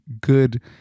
good